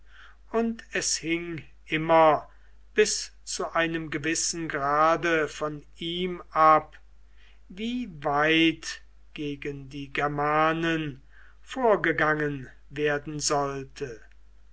und es hing immer bis zu einem gewissen grade von ihm ab wie weit gegen die germanen vorgegangen werden sollte